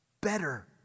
better